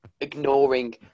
ignoring